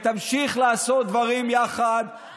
דברים יחד ותמשיך לעשות דברים יחד.